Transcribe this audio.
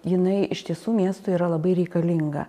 jinai iš tiesų miestui yra labai reikalinga